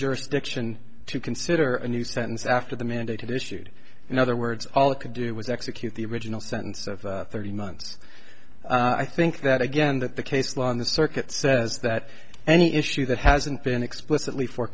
jurisdiction to consider a new sentence after the mandated issued in other words all it could do was execute the original sentence of thirty months i think that again that the case law on the circuit says that any issue that hasn't been explicitly fo